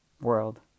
world